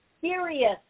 serious